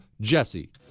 Jesse